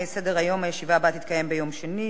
2 בעד ההצעה שלא לכלול את הנושא בסדר היום,